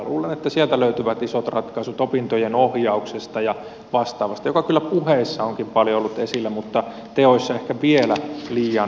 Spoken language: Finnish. luulen että sieltä löytyvät isot ratkaisut opintojen ohjauksesta ja vastaavasta joka puheissa onkin paljon ollut esillä mutta teoissa ehkä vielä liian vähän